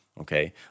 okay